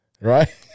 right